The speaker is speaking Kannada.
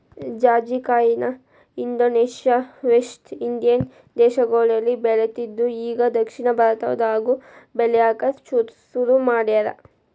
ಜಾಜಿಕಾಯಿನ ಇಂಡೋನೇಷ್ಯಾ, ವೆಸ್ಟ್ ಇಂಡೇಸ್ ದೇಶಗಳಲ್ಲಿ ಬೆಳಿತ್ತಿದ್ರು ಇಗಾ ದಕ್ಷಿಣ ಭಾರತದಾಗು ಬೆಳ್ಯಾಕ ಸುರು ಮಾಡ್ಯಾರ